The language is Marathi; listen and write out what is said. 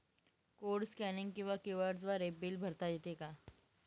कोड स्कॅनिंग किंवा क्यू.आर द्वारे बिल भरता येते का?